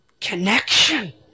connection